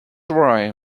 dry